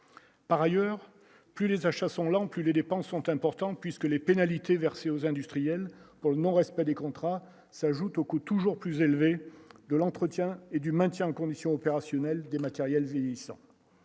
par ailleurs, plus les achats sont là, en plus des dépenses sont importants, puisque les pénalités versées aux industriels pour le non respect des contrats s'ajoutent au coût toujours plus élevé de l'entretien et du maintien en condition opérationnelle des matériels et 10 ans